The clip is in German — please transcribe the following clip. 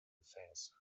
gefäß